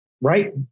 right